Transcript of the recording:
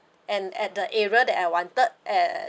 and at the area that I wanted and